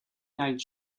night